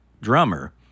drummer